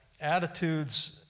attitudes